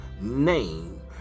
name